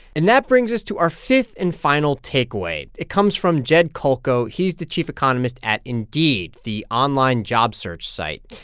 and that brings us to our fifth and final takeaway. it comes from jed kolko. he's the chief economist at indeed, the online job search site.